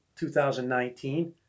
2019